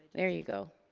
there you go.